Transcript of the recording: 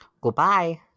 Goodbye